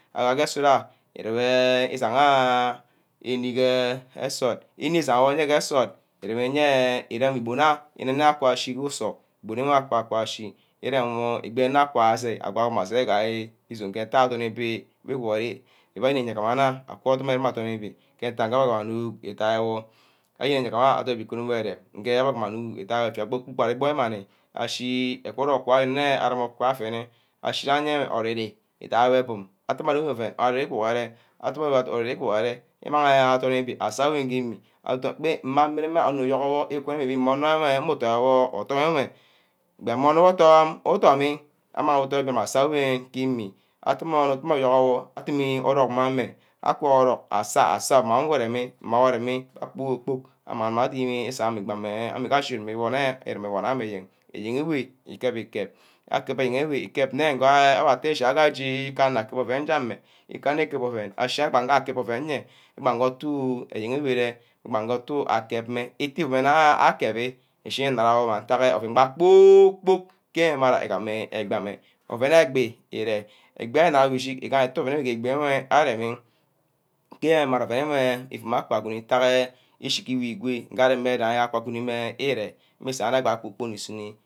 Aria ge nsort ayo irege ēni ge esort eni ime wor ke nsort, eni ereme ibon ayour na kwe achi ku usoh, iboneh aku ashi ireme wor ibene akwa ashi amang wor aseh gai izome ke ntag odornibi iworgure iuun iye uguma-nah aku ereme adorn ibi ke ntack ngee abbeh remi idai wor ayeni egima awor ikunor wor ere-rem gear abbeh amang ngu idia wor. Efia kpor-kpork amang imani ashi egwort orku eh areme aku atene ashiga eyen guru-re awor meh bum mang arong ouem guhure, sughuren uworgere imang eh adirn ibi aseh awor gee inip-be akpeh imang meh onor ugurgo-wor iguneh-mebum mmu dom wor, gbe mmeh onor wor ke odummi amang odorn ibi aseh awini ke imi, atumor young orwor adimi erem orock mmeh ameh akward orock aseh say meh wor areami mma kpor- kpork adimi orock mmeh ameh asah, aseh ouen wu remi, mma wor areme kpor-kpork amang adimi igbagha mmeh gachini ereme nne meh awor. Ayen ewe ikeb-ikeb akiba nne weh kep nne ngaha abbeh efia ga aje kubor onor akep ouen meh jay meh ke anor ikeb ouen ashi banga akeb ouen nye mmang gee otu eyen weh ire, imang gee otu kep meh. iteh mana akebi ishineh inara wumah ntageh ouen gba kpor-kpork ke emera igam meh egbi ameh ouen egbi ire, egbi wer imang wor ishi tu ouen ire aremi ke mara ouen wer ifuma ka guni ntack gee ke echi guwer igoi areme ire mmusu akpor-kpor ishi nni.